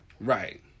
Right